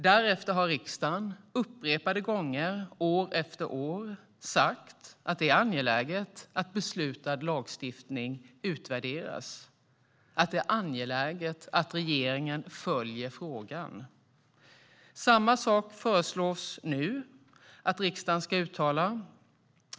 Därefter har riksdagen upprepade gånger år efter år uttalat att det är angeläget att beslutad lagstiftning utvärderas och att det är angeläget att regeringen följer frågan. Samma sak föreslås nu.